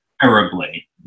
terribly